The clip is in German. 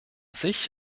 sich